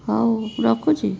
ହଉ ରଖୁଛି